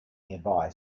nearby